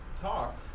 talk